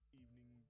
evening